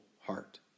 heart